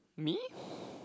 me